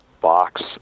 box